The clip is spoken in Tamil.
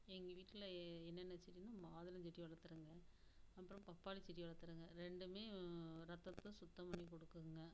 எங்கள் வீட்டில் என்னென்ன செடினால் மாதுளம் செடி வளர்த்துறங்க அப்புறம் பப்பாளி செடி வளர்த்துறங்க ரெண்டுமே ரத்தத்தை சுத்தம் பண்ணி கொடுக்குதுங்க